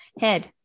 head